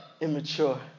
immature